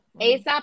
ASAP